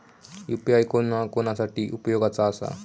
UPI कोणा कोणा साठी उपयोगाचा आसा?